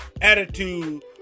attitude